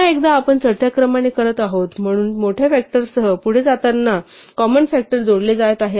पुन्हा एकदा आपण हे चढत्या क्रमाने करत आहोत म्हणून मोठ्या फ़ॅक्टरसह पुढे जाताना कॉमन फ़ॅक्टर जोडले जात आहेत